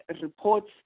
reports